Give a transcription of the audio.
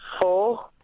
four